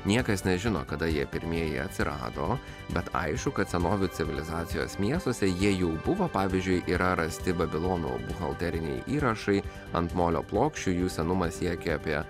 niekas nežino kada jie pirmieji atsirado bet aišku kad senovių civilizacijos miestuose jie jau buvo pavyzdžiui yra rasti babilono buhalteriniai įrašai ant molio plokščių jų senumas siekia apie